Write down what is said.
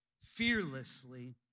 fearlessly